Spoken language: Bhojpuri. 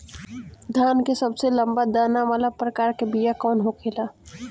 धान के सबसे लंबा दाना वाला प्रकार के बीया कौन होखेला?